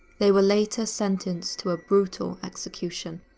they were later sentenced to a brutal execution.